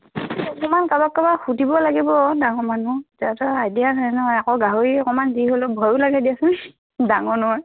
কিমান কাৰোবাক কাৰোবাক সুধিব লাগিব ডাঙৰ মানুহক আইডিয়া নাই নহয় আকৌ গাহৰি অকণমান যি হ'লেও ভয়ো লাগে দিয়াচোন ডাঙৰ নহয়